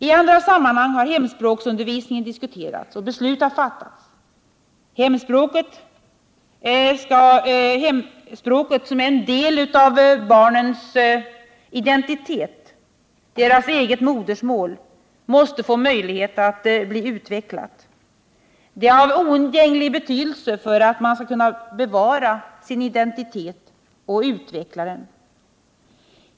I andra sammanhang har hemspråksundervisningen diskuterats och beslut har fattats. Hemspråket, som är en del av barnens identitet och deras eget modersmål, måste få möjlighet att utvecklas. Det är av oundgänglig betydelse för att de skall kunna bevara sin identitet och utveckla den.